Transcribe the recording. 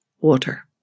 water